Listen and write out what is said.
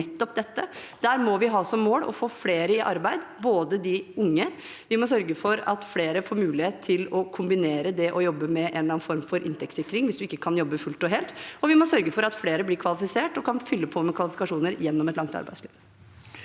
Der må vi ha som mål å få flere i arbeid, bl.a. de unge. Vi må sørge for at flere får mulighet til å kombinere det å jobbe med en eller annen form for inntektssikring hvis man ikke kan jobbe fullt og helt, og vi må sørge for at flere blir kvalifisert og kan fylle på med kvalifikasjoner gjennom et langt arbeidsliv.